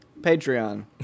Patreon